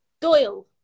Doyle